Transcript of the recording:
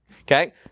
Okay